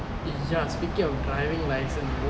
eh ya speaking of driving license